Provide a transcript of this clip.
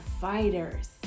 fighters